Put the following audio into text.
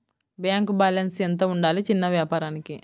Bank balance ఎంత ఉండాలి చిన్న వ్యాపారానికి?